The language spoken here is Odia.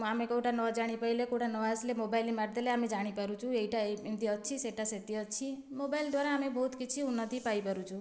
ଆମେ କେଉଁଟା ନ ଜାଣିପାରିଲେ କେଉଁଟା ନ ଆସିଲେ ମୋବାଇଲ୍ ମାରିଦେଲେ ଆମେ ଜାଣିପାରୁଛୁ ଏଇଟା ଏମିତି ଅଛି ସେଇଟା ସେମିତି ଅଛି ମୋବାଇଲ୍ ଦ୍ୱାରା ଆମେ ବହୁତ କିଛି ଉନ୍ନତି ପାଇପାରୁଛୁ